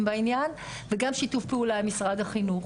בעניין וגם שיתוף פעולה עם משרד החינוך.